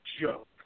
joke